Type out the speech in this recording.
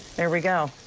there we go.